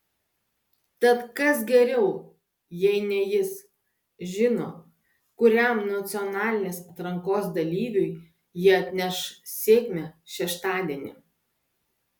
tad kas geriau jei ne jis žino kuriam nacionalinės atrankos dalyviui ji atneš sėkmę šeštadienį